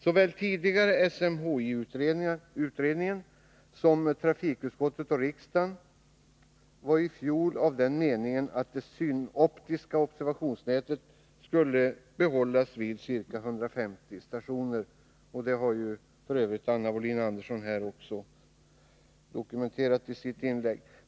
Såväl tidigare SMHI-utredning som trafikutskottet och riksdagen var i fjol av den meningen att det synoptiska observationsnätet skulle behållas vid ca 150 stationer. Det har f. ö. Anna Wohlin-Andersson dokumenterat i sitt inlägg.